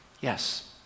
yes